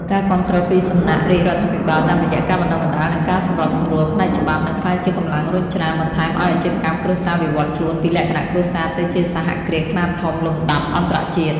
ការគាំទ្រពីសំណាក់រាជរដ្ឋាភិបាលតាមរយៈការបណ្ដុះបណ្ដាល និងការសម្របសម្រួលផ្នែកច្បាប់ នឹងក្លាយជាកម្លាំងរុញច្រានបន្ថែមឱ្យអាជីវកម្មគ្រួសារវិវត្តខ្លួនពីលក្ខណៈគ្រួសារទៅជាសហគ្រាសខ្នាតធំលំដាប់អន្តរជាតិ។